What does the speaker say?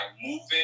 moving